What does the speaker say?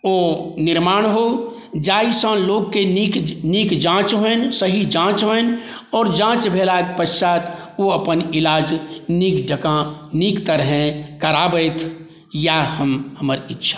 ओ निर्माण हो जाहिसँ लोकके नीक सँ नीक जाँच होनि ताकि एहि जाँचमे आओर जाँच भेलाकेँ पश्चात ओ अपन इलाज नीक जकाँ नीक तरहेँ कराबथि याह हमर इक्षा अछि